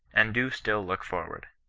and do still look forward.